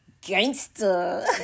Gangster